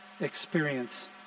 experience